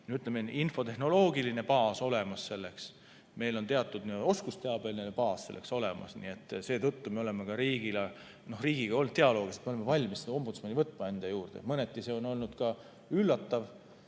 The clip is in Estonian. infotehnoloogiline baas olemas. Meil on ka teatud oskusteabeline baas selleks olemas. Nii et seetõttu me oleme ka riigiga olnud dialoogis, me oleme valmis selle ombudsmani võtma enda juurde. Mõneti see on olnud ka üllatav